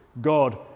God